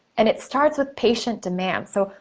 and it starts with patient demand. so,